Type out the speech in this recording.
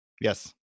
yes